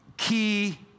Key